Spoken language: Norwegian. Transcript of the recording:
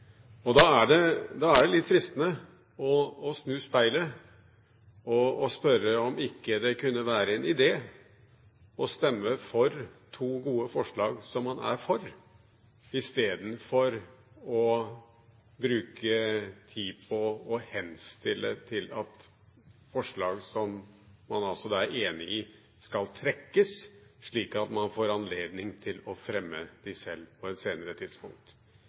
bra. Da er det litt fristende å snu speilet og spørre om det ikke kunne være en idé å stemme for to gode forslag som man er for, i stedet for å bruke tid på å henstille om at forslag, som man da altså er enig i, skal trekkes, slik at man får anledning til å fremme dem selv på et senere tidspunkt.